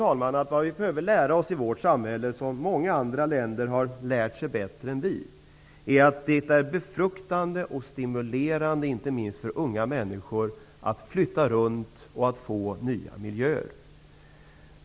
Vad vi i vårt samhälle behöver lära oss, och som man i många andra länder lärt sig bättre än vi, är att det är befruktande och stimulerande, inte minst för unga människor, att få flytta runt och att vistas i nya miljöer.